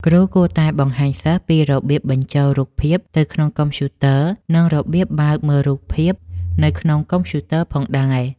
គ្រូគួរតែបង្ហាញសិស្សពីរបៀបបញ្ចូលរូបភាពទៅក្នុងកុំព្យូទ័រ និងរបៀបបើកមើលរូបភាពនៅក្នុងកុំព្យូទ័រផងដែរ។